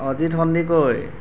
Ajit Sandikoi